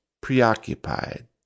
preoccupied